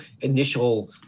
initial